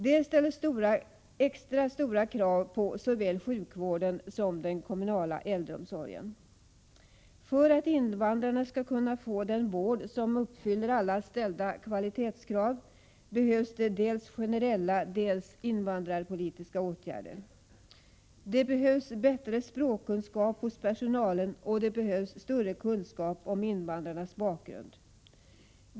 Det ställer extra stora krav på såväl sjukvården som den kommunala äldreomsorgen. För att invandrarna skall kunna få den vård som uppfyller alla ställda kvalitetskrav, behövs det dels generella, dels invandrarpolitiska åtgärder. Det behövs bättre språkkunskap hos personalen, och det behövs större kunskap om invandrarnas bakgrund.